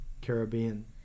Caribbean